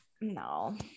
No